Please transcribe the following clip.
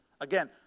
Again